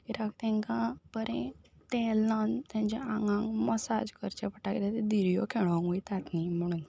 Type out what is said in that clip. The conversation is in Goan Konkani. कित्याक तांकां बरें तेल लावन तांच्या आंगाक मसाज करचें पडटा कित्याक ते धिऱ्यो खेळूंक वयतात न्ही म्हुणून